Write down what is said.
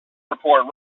report